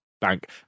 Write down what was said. bank